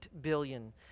billion